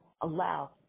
allow